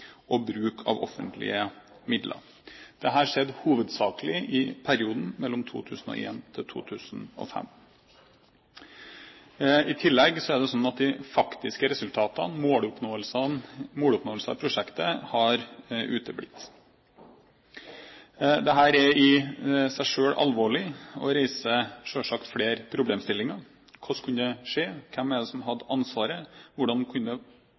og bruk av offentlige midler. Dette skjedde hovedsakelig i perioden 2001–2005. I tillegg har de faktiske resultatene, måloppnåelsene i prosjektet, uteblitt. Dette er i seg selv alvorlig og reiser selvsagt flere problemstillinger: Hvordan kunne det skje? Hvem er det som hadde ansvaret? Hvordan kunne